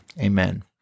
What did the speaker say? amen